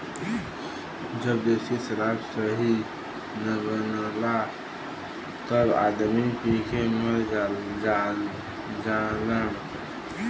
जब देशी शराब सही न बनला तब आदमी पी के मर जालन